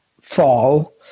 fall